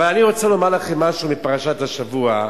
אני רוצה לומר לכם משהו מפרשת השבוע.